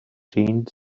changed